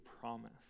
promise